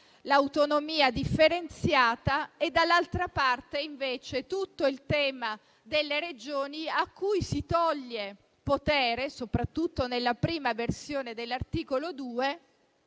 l'autonomia differenziata e, dall'altra, tutto il tema delle Regioni a cui si toglie potere decisionale, soprattutto nella prima versione dell'articolo 2.